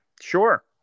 Sure